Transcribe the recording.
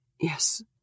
yes